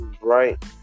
right